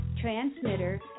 transmitter